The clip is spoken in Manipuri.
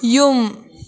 ꯌꯨꯝ